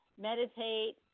meditate